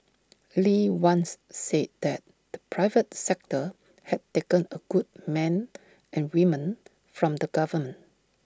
lee once said that the private sector had taken A good men and women from the government